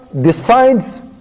decides